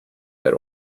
that